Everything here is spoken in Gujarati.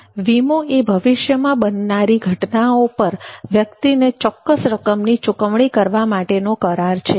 તો વીમો એ ભવિષ્યમાં બનનારી ઘટનાઓ પર વ્યક્તિને ચોક્કસ રકમની ચુકવણી કરવા માટેનો કરાર છે